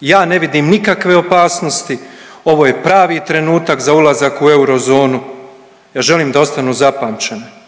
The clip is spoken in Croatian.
ja ne vidim nikakve opasnosti ovo je pravi trenutak za ulazak u eurozonu, ja želim da ostanu zapamćene.